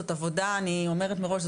אני אומרת מראש,